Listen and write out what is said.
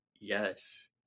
Yes